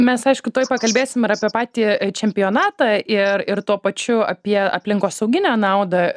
mes aišku tuoj pakalbėsim ir apie patį čempionatą ir ir tuo pačiu apie aplinkosauginę naudą